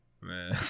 Man